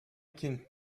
can